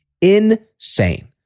Insane